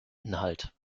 inhalt